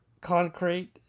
concrete